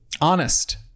Honest